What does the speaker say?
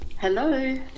hello